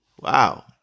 Wow